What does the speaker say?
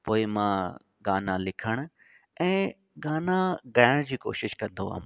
पोइ मां गाना लिखण ऐं गाना ॻाइण जी कोशिश कंदो हुअमि